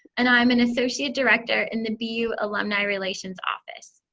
and i'm an associate director in the bu alumni relations office.